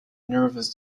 nervous